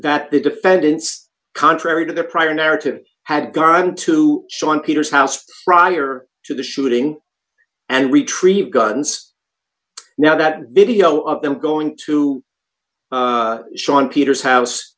that the defendants contrary to the prior narrative had gotten to sean peters house prior to the shooting and retreat guns now that video of them going to sean peters house